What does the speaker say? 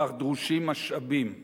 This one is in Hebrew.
לכך דרושים משאבים.